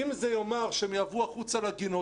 אם זה יאמר שהם יעברו החוצה לגינות